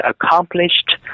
accomplished